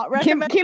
Kim